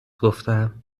گفتم